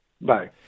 Bye